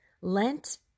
Lent